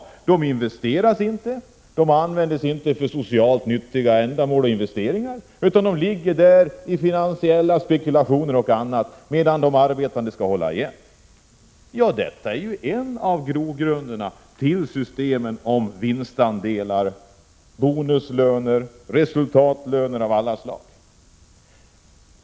Pengarna investeras inte. De används inte för socialt nyttiga ändamål utan för finansiella spekulationer, medan de arbetande skall hålla igen på sina anspråk. Detta är ju en av grogrunderna för systemen med vinstandelar, bonuslöner, resultatlöner av alla slag.